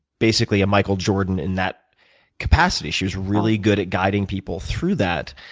basically a michael jordan in that capacity. she was really good at guiding people through that,